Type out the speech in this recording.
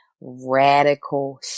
radical